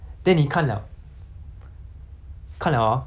eh 这样做对吗 then 你去问 K